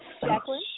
Jacqueline